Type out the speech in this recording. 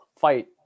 fight